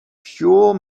pure